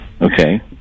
Okay